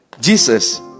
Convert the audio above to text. jesus